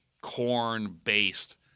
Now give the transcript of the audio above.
corn-based